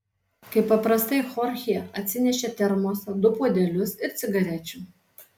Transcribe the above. kaip paprastai chorchė atsinešė termosą du puodelius ir cigarečių